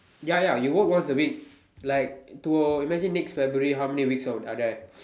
ya ya you work once a week like to imagine next February how many weeks are there